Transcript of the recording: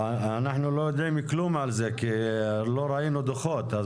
אנחנו לא יודעים כלום על זה כי לא ראינו דוחות,